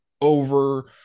over